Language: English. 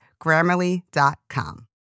Grammarly.com